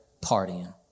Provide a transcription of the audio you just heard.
partying